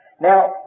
Now